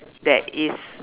that is